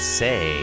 say